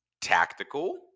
tactical